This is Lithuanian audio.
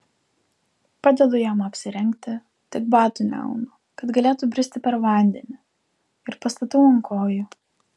padedu jam apsirengti tik batų neaunu kad galėtų bristi per vandenį ir pastatau ant kojų